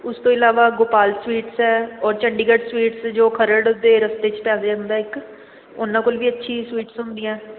ਉਸ ਤੋਂ ਇਲਾਵਾ ਗੋਪਾਲ ਸਵੀਟਸ ਹੈ ਔਰ ਚੰਡੀਗੜ੍ਹ ਸਵੀਟਸ ਜੋ ਖਰੜ ਦੇ ਰਸਤੇ 'ਚ ਪੈ ਜਾਂਦਾ ਇੱਕ ਉਹਨਾਂ ਕੋਲ ਵੀ ਅੱਛੀ ਸਵੀਟਸ ਹੁੰਦੀਆਂ